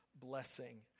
Blessing